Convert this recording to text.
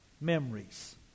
Memories